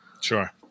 Sure